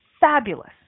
fabulous